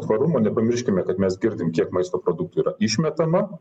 tvarumo nepamirškime kad mes girdim kiek maisto produktų yra išmetama